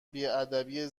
بیادبی